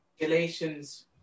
Galatians